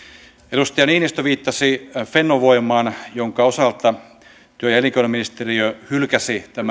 edustaja niinistö viittasi fennovoimaan jonka osalta työ ja elinkeinoministeriö hylkäsi